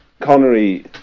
Connery